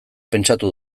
pentsatu